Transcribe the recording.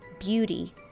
Beauty